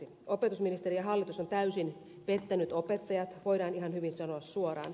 opetusministeri ja hallitus on täysin pettänyt opettajat voidaan ihan hyvin sanoa suoraan